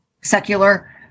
secular